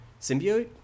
symbiote